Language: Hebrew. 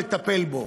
נטפל בו.